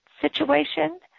situation